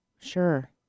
Sure